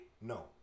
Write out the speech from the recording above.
No